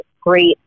great